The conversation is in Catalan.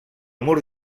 mur